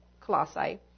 Colossae